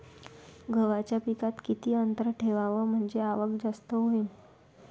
गव्हाच्या पिकात किती अंतर ठेवाव म्हनजे आवक जास्त होईन?